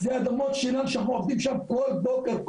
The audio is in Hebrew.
אלו אדמות שלנו שאנחנו עובדים שם כל בוקר,